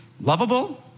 lovable